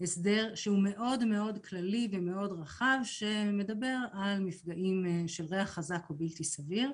הסדר מאוד כללי ורחב שמדבר על מפגעים של ריח חזק או בלתי סביר.